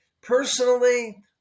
Personally